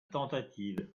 tentative